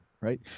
right